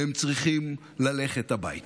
והם צריכים ללכת הביתה.